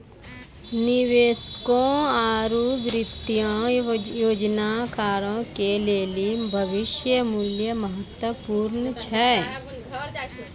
निवेशकों आरु वित्तीय योजनाकारो के लेली भविष्य मुल्य महत्वपूर्ण छै